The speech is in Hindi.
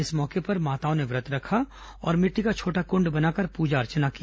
इस मौके पर माताओं ने व्रत रखा और मिट्टी का छोटा कुंड बनाकर प्रजा अर्चना की